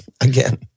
again